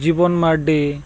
ᱡᱤᱵᱚᱱ ᱢᱟᱨᱰᱤ